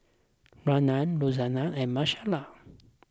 Ryne Rosanne and Michaela